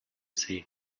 say